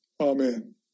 Amen